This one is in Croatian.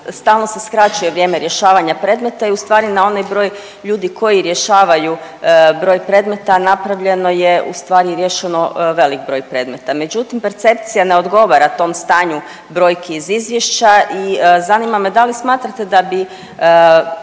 stalno se skraćuje vrijeme rješavanja predmeta i ustvari na onaj broj ljudi koji rješavaju broj predmeta napravljeno je ustvari i riješeno velik broj predmeta. Međutim, percepcija ne odgovara tom stanju brojki iz izvješća i zanima me da li smatrate da bi